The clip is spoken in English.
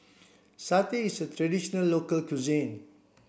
satay is a traditional local cuisine